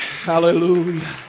hallelujah